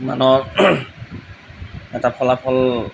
মানৰ এটা ফলাফল